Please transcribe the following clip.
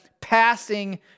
passing